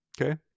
Okay